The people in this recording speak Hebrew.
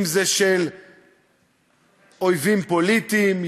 אם של אויבים פוליטיים,